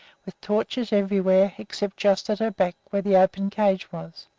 with torches everywhere, except just at her back, where the open cage was.